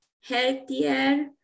healthier